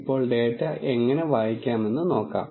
ഇപ്പോൾ ഡാറ്റ എങ്ങനെ വായിക്കാമെന്ന് നോക്കാം